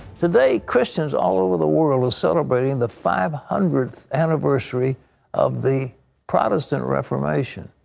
today christians all over the world are celebrating the five hundredth anniversary of the protestant reformation.